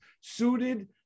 suited